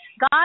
God